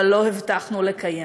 אבל לא הבטחנו לקיים.